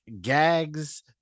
gags